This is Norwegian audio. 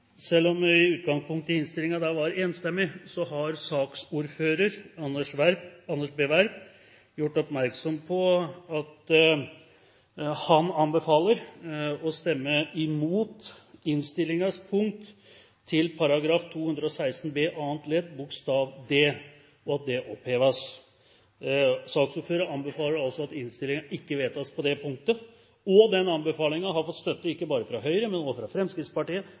Selv om innstillingen i utgangspunktet var enstemmig, har saksordføreren, Anders B. Werp, gjort oppmerksom på at han anbefaler å stemme imot komiteens innstilling til § 216 b annet ledd bokstav d, at det oppheves. Saksordføreren anbefaler altså at innstillingen ikke vedtas når det gjelder § 216 b annet ledd bokstav d. Denne anbefalingen har fått støtte ikke bare fra Høyre, men også fra Fremskrittspartiet,